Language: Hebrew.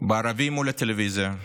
בערבים מול הטלוויזיה,